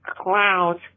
clouds